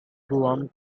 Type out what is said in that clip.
guam